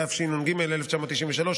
התשנ"ג 1993,